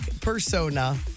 persona